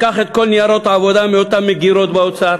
לקח את כל ניירות העבודה מאותן מגירות באוצר.